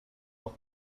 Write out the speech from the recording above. noch